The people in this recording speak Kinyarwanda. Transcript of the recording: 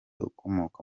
ukomoka